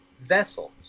vessels